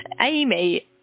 Amy